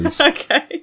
okay